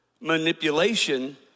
manipulation